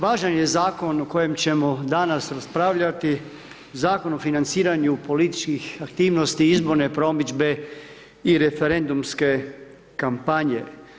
Važan je zakon u kojem ćemo danas raspravljati, Zakon o financiranju političkih aktivnosti, izborne promidžbe i referendumske kampanje.